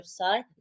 website